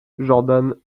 jordan